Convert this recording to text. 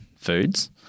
Foods